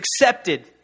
accepted